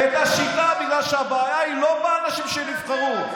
את השיטה, בגלל שהבעיה היא לא באנשים שנבחרו.